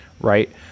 right